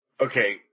Okay